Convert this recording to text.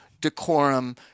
decorum